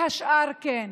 והשאר כן.